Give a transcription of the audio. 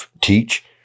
teach